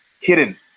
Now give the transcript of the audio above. hidden